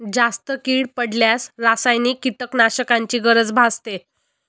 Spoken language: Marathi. जास्त कीड पडल्यास रासायनिक कीटकनाशकांची गरज भासते